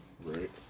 Right